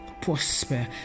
prosper